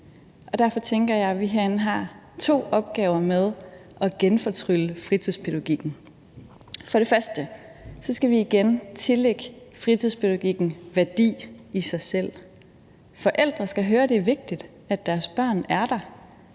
Og derfor tænker jeg, at vi herinde har to opgaver med at genfortrylle fritidspædagogikken. For det første skal vi igen tillægge fritidspædagogikken værdi i sig selv. Forældre skal høre, det er vigtigt, at deres børn er der,